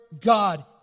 God